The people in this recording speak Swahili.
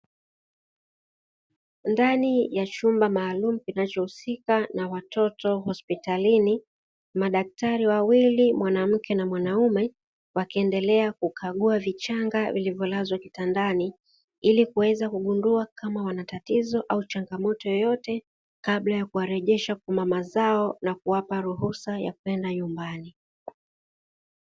Ndani ya chumba maalumu kinachohusika na watoto hospitalini, madaktari wawili (mwanamke na mwanaume ) wakiendelea kukagua vichanga vilivyolazwa kitandani ili kuweza kugundua kama wana tatizo au changamoto yoyote kabla ya kuwarejesha kwa mama zao na kuwapa ruhusa ya kwenda nyumbani.